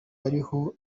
ariho